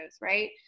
right